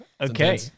Okay